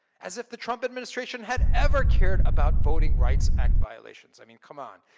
as if the trump administration had ever cared about voting rights act violations. i mean, come on.